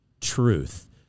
truth